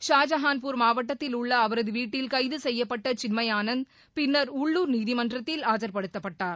ஷாஜகான்பூர் மாவட்டத்தில் உள்ள அவரது வீட்டில் கைது செய்யப்பட்ட சின்மயானந்த் பின்னர் உள்ளூர் நீதிமன்றத்தில் ஆஜர்படுத்தப்பட்டார்